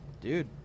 dude